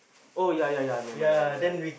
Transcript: oh ya ya ya I remember I remember ya